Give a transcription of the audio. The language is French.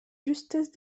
justesse